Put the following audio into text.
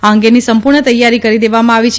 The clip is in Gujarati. આ અંગેની સંપૂર્ણ તૈયારી કરી દેવામાં આવી છે